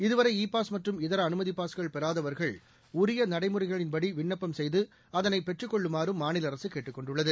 இதுவரை e pass மற்றம் இதர அனுமதி பாஸ்கள் பெறாதவர்கள் உரிய நடைமுறைகளின் விண்ணப்பம் செய்து அதனை பெற்றுக் கொள்ளுமாறும் மாநில அரசு கேட்டுக் கொண்டுள்ளது